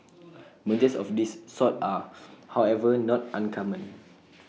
mergers of this sort are however not uncommon